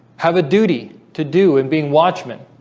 have a duty to do and being watchmen